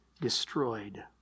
destroyed